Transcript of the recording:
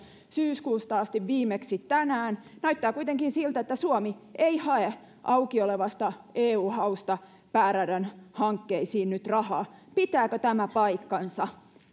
syyskuusta asti viimeksi tänään näyttää kuitenkin siltä että suomi ei hae auki olevasta eu hausta pääradan hankkeisiin nyt rahaa pitääkö tämä paikkansa